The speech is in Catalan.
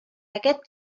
aquest